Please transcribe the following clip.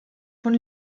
von